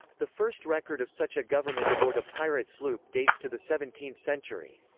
the first record of such a government aboard a pirate sloop dates to the seventeenth century.